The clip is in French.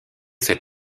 cet